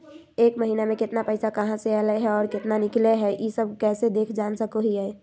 एक महीना में केतना पैसा कहा से अयले है और केतना निकले हैं, ई सब कैसे देख जान सको हियय?